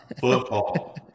football